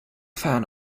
fan